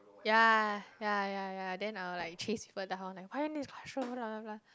ya ya ya ya then I will like chase people down like why classroom blah blah blah